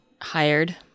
hired